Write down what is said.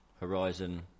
Horizon